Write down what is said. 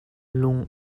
lung